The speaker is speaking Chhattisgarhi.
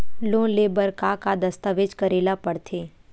लोन ले बर का का दस्तावेज करेला पड़थे?